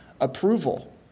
approval